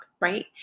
Right